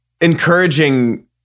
encouraging